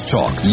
Talk